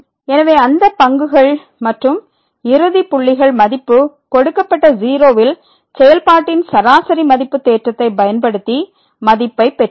எனவே அந்த பங்குகள் மற்றும் இறுதி புள்ளிகள் மதிப்பு கொடுக்கப்பட்ட 0 இல் செயல்பாட்டின் சராசரி மதிப்பு தேற்றத்தைப் பயன்படுத்தி மதிப்பைப் பெற்றோம்